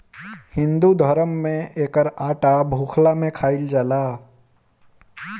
हिंदू धरम में एकर आटा भुखला में खाइल जाला